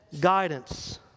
guidance